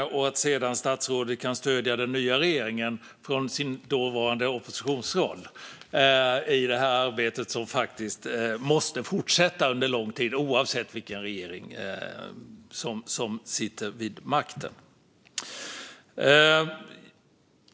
Jag hoppas också att statsrådet från sin oppositionsroll sedan kan stödja den nya regeringen i det arbete som måste fortsätta under lång tid, oavsett vilken regering som sitter vid makten.